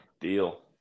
Deal